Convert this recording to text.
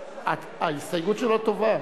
ההסתייגות שלו טובה.